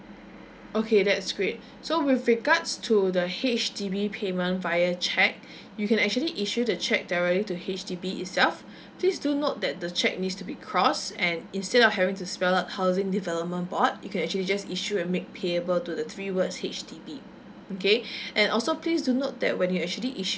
okay that is great so with regards to the H_D_B payment via cheque you can actually issue the cheque directly to H_D_B itself please do note that the cheque needs to be crossed and instead of having to spell out housing development board you can actually just issue a make payable to the three words H_D_B okay and also please to note that when you actually issue